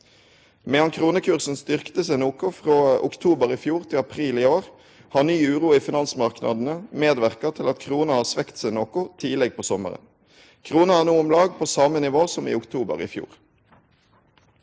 Medan kronekursen styrkte seg noko frå oktober i fjor til april i år, har ny uro i finansmarknadene medverka til at krona har svekt seg noko tidleg på sommaren. Krona er no om lag på same nivå som i oktober i fjor.